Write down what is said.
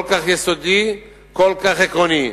כל כך יסודי, כל כך עקרוני.